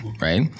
right